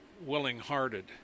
willing-hearted